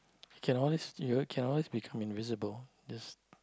you can always you you can always become invisible just